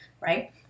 right